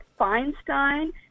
Feinstein